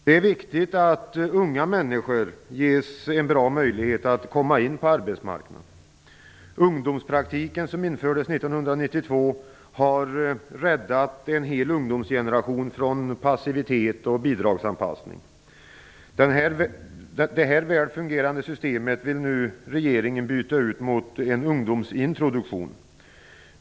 Det är viktigt att unga människor ges goda möjligheter att komma in på arbetsmarknaden. Ungdomspraktiken som infördes 1992 har räddat en hel ungdomsgeneration från passivitet och bidragsanpassning. Detta väl fungerande system vill nu regeringen byta ut mot en ungdomsintroduktion.